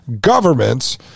governments